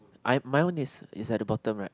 I my one is is at the bottom right